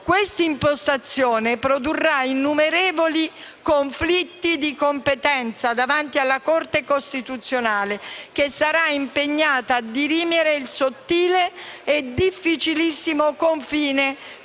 Questa impostazione produrrà innumerevoli conflitti di competenza davanti alla Corte costituzionale, che sarà impegnata a dirimere il sottile e difficilissimo confine